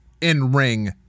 in-ring